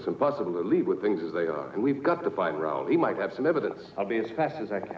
it's impossible to leave with things as they are and we've got the fire out he might have some evidence i'll be as fast as i can